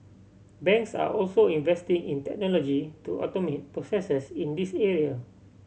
banks are also investing in technology to automate processes in this area